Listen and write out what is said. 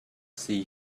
see